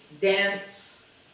dance